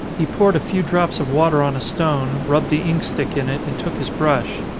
he poured a few drops of water on a stone, rubbed the ink stick in it, and took his brush.